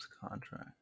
contract